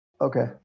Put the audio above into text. Okay